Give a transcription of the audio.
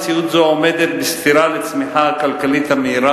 מציאות זו עומדת בסתירה לצמיחה הכלכלית המהירה